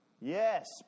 Yes